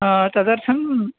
तदर्थं